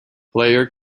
player